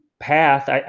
path